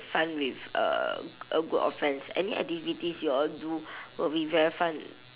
fun with uh a group of friends any activities you all do will be very fun